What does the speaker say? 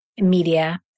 media